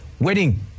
wedding